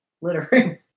littering